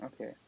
Okay